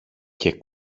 και